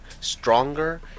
stronger